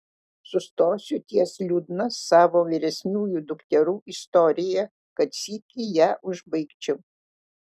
sustosiu ties liūdna savo vyresniųjų dukterų istorija kad sykį ją užbaigčiau